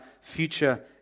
future